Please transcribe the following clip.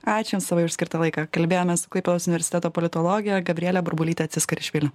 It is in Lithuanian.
ačiū jums labai už skirtą laiką kalbėjomės su klaipėdos universiteto politologe gabriele burbulyte tsiskarišvili